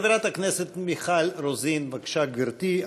חברת הכנסת מיכל רוזין, בבקשה, גברתי.